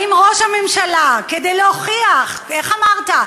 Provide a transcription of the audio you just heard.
האם ראש הממשלה, כדי להוכיח, איך אמרת?